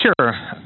Sure